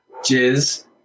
jizz